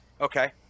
Okay